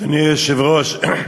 אדוני היושב-ראש,